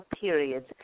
periods